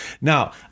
Now